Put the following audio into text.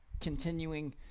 continuing